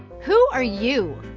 who are you?